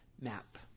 map